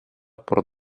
por